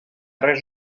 res